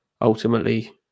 Ultimately